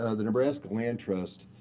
ah the nebraska land trust,